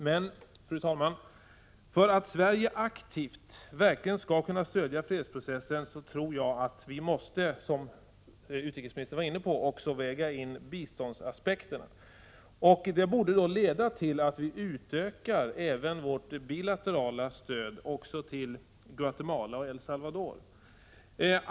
Men, fru talman, för att Sverige aktivt skall kunna stödja fredsprocessen tror jag att vi måste, som utrikesministern var inne på, väga in biståndsaspekterna. Det borde leda till att vi utökar även vårt bilaterala stöd till Guatemala och El Salvador.